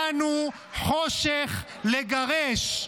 באנו חושך לגרש.